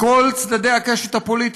מכל צדדי הקשת הפוליטית.